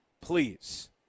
Please